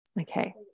Okay